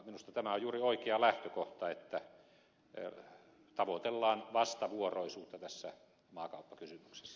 minusta tämä on juuri oikea lähtökohta että tavoitellaan vastavuoroisuutta tässä maakauppakysymyksessä